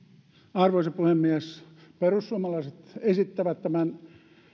arvoisa puhemies perussuomalaiset esittävät tämän